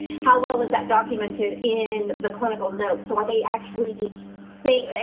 how well is that documented? in the clinical note? so, when they actually say,